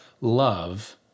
love